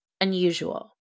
unusual